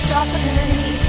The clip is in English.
opportunity